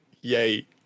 yay